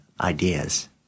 ideas